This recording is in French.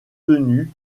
tenue